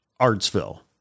Artsville